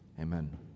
Amen